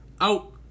out